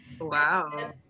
wow